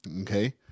Okay